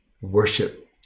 worship